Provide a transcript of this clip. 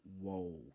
whoa